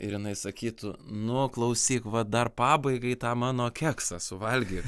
ir jinai sakytų nu klausyk va dar pabaigai tą mano keksą suvalgyk